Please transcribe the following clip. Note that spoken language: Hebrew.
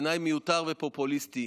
הוא בעיניי מיותר ופופוליסטי.